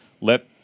Let